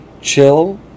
chill